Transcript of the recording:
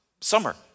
summer